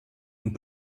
und